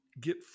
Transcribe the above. get